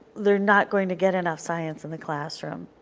they are not going to get enough science in the classroom.